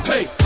Hey